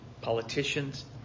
politicians